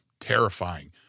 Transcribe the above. terrifying